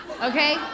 okay